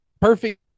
perfect